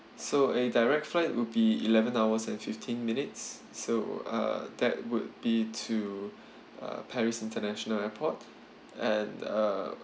so a direct flight will be eleven hours and fifteen minutes so uh that would be to uh paris international airport and uh